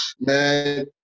Man